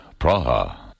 Praha